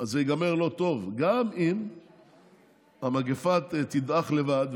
זה ייגמר לא טוב, גם אם המגפה תדעך לבד.